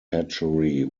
hatchery